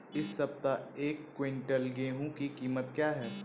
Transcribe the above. इस सप्ताह एक क्विंटल गेहूँ की कीमत क्या है?